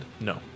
No